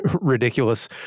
ridiculous